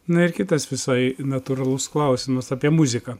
na ir kitas visai natūralus klausimas apie muziką